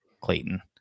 Clayton